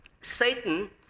Satan